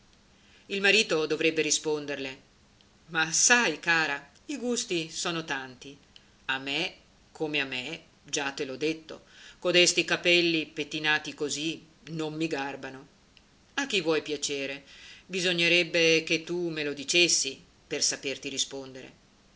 il marito dovrebbe risponderle ma sai cara i gusti son tanti a me come a me già te l'ho detto codesti capelli pettinati così non mi garbano a chi vuoi piacere bisognerebbe che tu me lo dicessi per saperti rispondere